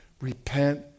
repent